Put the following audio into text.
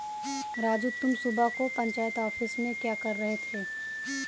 राजू तुम सुबह को पंचायत ऑफिस में क्या कर रहे थे?